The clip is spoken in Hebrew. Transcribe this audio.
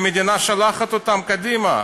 והמדינה שולחת אותם קדימה,